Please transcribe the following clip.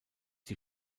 die